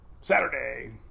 Saturday